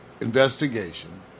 investigation